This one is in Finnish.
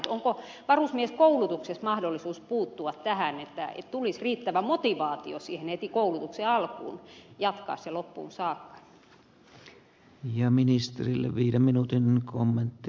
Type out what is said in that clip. onko varusmieskoulutuksessa mahdollisuus puuttua tähän että tulisi riittävä motivaatio siihen heti koulutuksen alkuun jatkaa se loppuun saakka